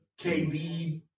KD